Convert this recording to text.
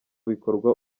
bikorwa